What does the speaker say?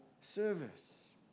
service